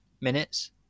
minutes